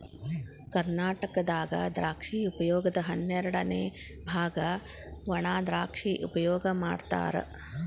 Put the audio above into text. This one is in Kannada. ಕರ್ನಾಟಕದಾಗ ದ್ರಾಕ್ಷಿ ಉಪಯೋಗದ ಹನ್ನೆರಡಅನೆ ಬಾಗ ವಣಾದ್ರಾಕ್ಷಿ ಉಪಯೋಗ ಮಾಡತಾರ